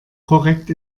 korrekt